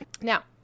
Now